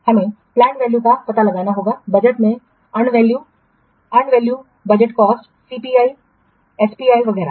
हमें planned value का पता लगाना होगा बजट में earned value earned value budget लागत सीपीआई एसपीआई वगैरह